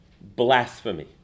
blasphemy